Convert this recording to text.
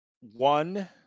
one